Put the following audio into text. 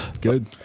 Good